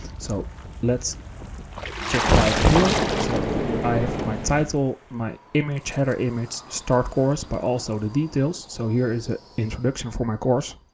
so let's check it out here. so i have my title, my image, header image, start course, but also the details. so here is an introduction for my course.